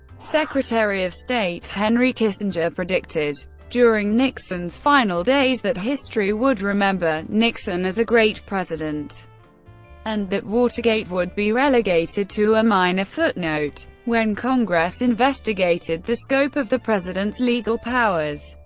secretary of state henry kissinger predicted during nixon's final days that history would remember nixon as a great president and that watergate would be relegated to a minor footnote. when congress investigated the scope of the president's legal powers,